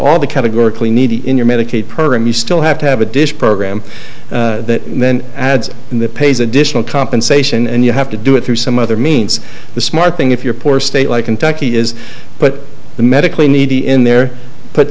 all the categorically needy in your medicaid program you still have to have a dish program that then adds in the pays additional compensation and you have to do it through some other means the smart thing if you're poor state like kentucky is but the medically needy in there put